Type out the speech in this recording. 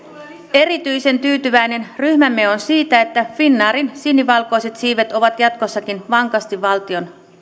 erityisen tyytyväinen ryhmämme on siitä että finnairin sinivalkoiset siivet ovat jatkossakin vankasti valtion